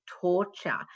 torture